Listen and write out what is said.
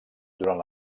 durant